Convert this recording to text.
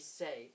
say